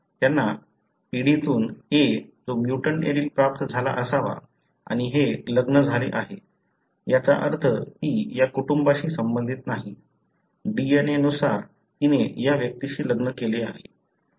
त्यांना पिढीतून a जो म्युटंट एलील प्राप्त झाला असावा आणि हे लग्न झाले आहे याचा अर्थ ती या कुटुंबाशी संबंधित नाही DNA अनुसार तिने या व्यक्तीशी लग्न केले आहे